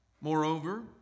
Moreover